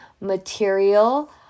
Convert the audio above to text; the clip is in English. material